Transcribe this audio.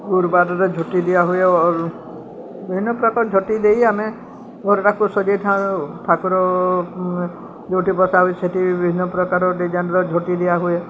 ଗୁରୁବାରରେ ଝୁଟି ଦିଆହୁଏ ବିଭିନ୍ନ ପ୍ରକାର ଝୋଟି ଦେଇ ଆମେ ଘରଟାକୁ ସଜେଇଥାଉ ଠାକୁର ଯୋଉଠି ବସା ହୁଏ ସେଠି ବିଭିନ୍ନ ପ୍ରକାର ଡିଜାଇନର ଝୋଟି ଦିଆହୁଏ